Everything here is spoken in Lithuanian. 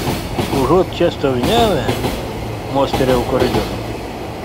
užuot čia stoviniavę mostelėjau koridoriun